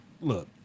Look